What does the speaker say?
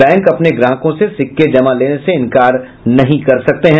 bank अपने ग्राहकों से सिक्के जमा लेने से इनकार नहीं कर सकते हैं